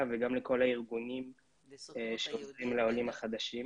וגם לכל הארגונים שמטפלים בעולים החדשים.